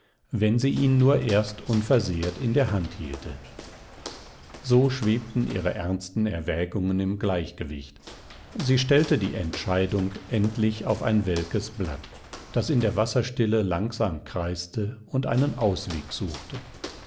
wenn sie ihn nur erst unversehrt in der hand hielte so schwebten ihre ernsten erwägungen im gleichgewicht sie stellte die entscheidung endlich auf ein welkes blatt das in der wasserstille langsam kreiste und einen ausweg suchte